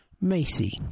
Macy